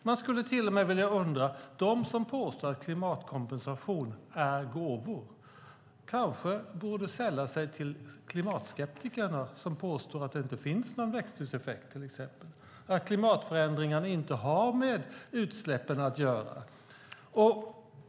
Man skulle till och med kunna undra om de som påstår att klimatkompensation är gåvor kanske borde sälla sig till klimatskeptikerna som påstår att det inte finns någon växthuseffekt, att klimatförändringarna inte har med utsläppen att göra.